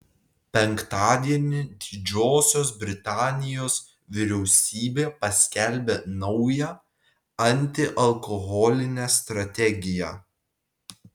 penktadienį didžiosios britanijos vyriausybė paskelbė naują antialkoholinę strategiją